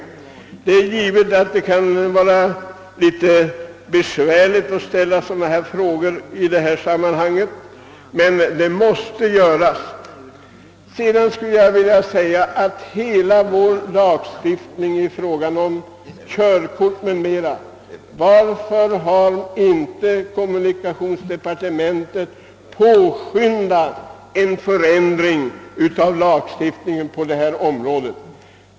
Det kan naturligtvis vara besvärligt att svara på en sådan fråga, men frågan måste ändå ställas. Och varför har inte kommunikationsdepartementet påskyndat en förändring av hela vår lagstiftning rörande körkort m.m.?